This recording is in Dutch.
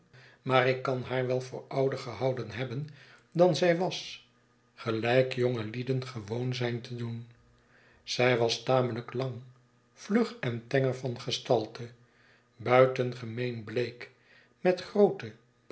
maar ik kan haar wel voor ouder gehouden hebben dan zij was gelijk jongelieden gewoon zijn te doen zij was tamelijk lang vlug en tenger van gestalte buitengemeen bleek met groote